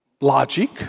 logic